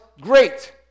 great